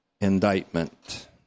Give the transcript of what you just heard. indictment